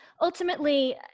ultimately